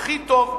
הכי טוב,